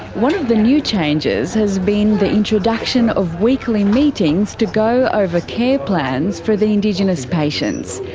one of the new changes has been the introduction of weekly meetings to go over care plans for the indigenous patients.